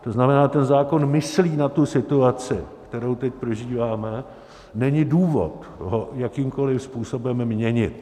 To znamená, ten zákon myslí na tu situaci, kterou teď prožíváme, není důvod ho jakýmkoliv způsobem měnit.